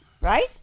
right